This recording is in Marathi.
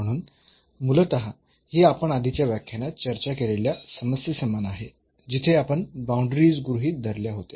म्हणून मूलतः हे आपण आधीच्या व्याख्यानात चर्चा केलेल्या समस्येसमान आहे जिथे आपण बाऊंडरीज गृहीत धरल्या होत्या